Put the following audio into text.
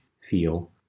feel